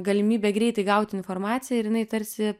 galimybę greitai gauti informaciją ir jinai tarsi